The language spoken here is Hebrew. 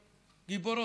והאזוריות גיבורות.